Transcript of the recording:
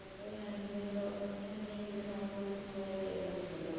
ഓട്ടോയാണെങ്കില് ഇവിടെ ഓട്ടോസ്റ്റാൻഡുണ്ടെങ്കില് ഇവിടുന്നു ഓട്ടോ വിളിച്ചു പോയ വേഗം എത്തുമല്ലോ